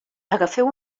agafeu